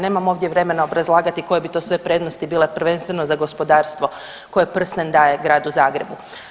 Nemam ovdje vremena obrazlagati koje bi to sve prednosti bile prvenstveno za gospodarstvo koje prsten daje gradu Zagrebu.